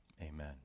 amen